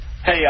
Hey